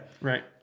right